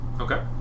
Okay